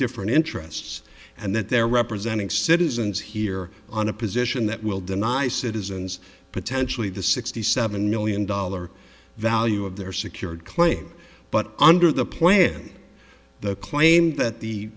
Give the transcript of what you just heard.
different interests and that they're representing citizens here on a position that will deny citizens potentially the sixty seven million dollar value of their secured claim but under the plan the claim that the